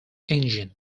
engine